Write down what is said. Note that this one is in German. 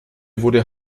wurde